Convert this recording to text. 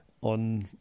on